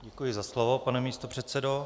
Děkuji za slovo, pane místopředsedo.